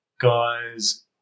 guys